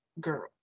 girl